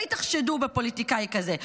תמיד תחשדו בפוליטיקאי כזה,